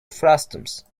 frustums